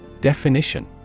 Definition